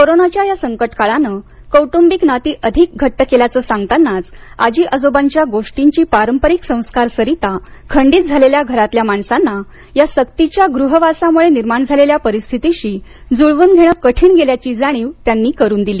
कोरोनाच्या या संकटकाळानं कौटुंबिक नाती अधिक घट्ट केल्याचं सांगतानाच आजी आजोबांच्या गोष्टींची पारंपरिक संस्कार सरिता खंडित झालेल्या घरांतल्या माणसांना या सक्तीच्या गृहवासामुळे निर्माण झालेल्या परिस्थितीशी जुळवून घेणं कठीण गेल्याची जाणीव त्यांनी करून दिली